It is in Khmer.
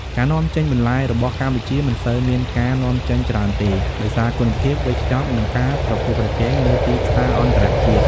ការនាំចេញបន្លែរបស់កម្ពុជាមិនសូវមានការនាំចេញច្រើនទេ ដោយសារគុណភាព វេចខ្ចប់ និងការប្រកួតប្រជែងនៅទីផ្សារអន្តរជាតិ។